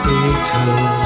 Beatles